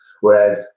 Whereas